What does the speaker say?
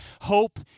Hope